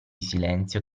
silenzio